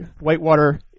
Whitewater